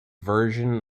version